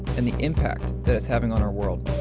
and the impact that it's having on our world.